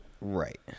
right